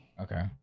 Okay